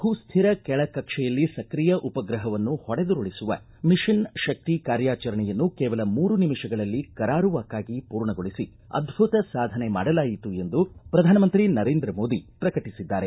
ಭೂಸ್ಥಿರ ಕೆಳ ಕಕ್ಷೆಯಲ್ಲಿ ಸಕ್ರಿಯ ಉಪಗ್ರಹವನ್ನು ಹೊಡೆದುರುಳಿಸುವ ಮಿಷನ್ ಶಕ್ತಿ ಕಾರ್ಯಾಚರಣೆಯನ್ನು ಕೇವಲ ಮೂರು ನಿಮಿಷಗಳಲ್ಲಿ ಕರಾರುವಕ್ಕಾಗಿ ಪೂರ್ಣಗೊಳಿಸಿ ಅದ್ದುತ ಸಾಧನೆ ಮಾಡಲಾಯಿತು ಎಂದು ಪ್ರಧಾನಮಂತ್ರಿ ನರೇಂದ್ರ ಮೋದಿ ಪ್ರಕಟಿಬದ್ದಾರೆ